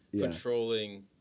controlling